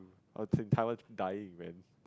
oh thing taiwan dying man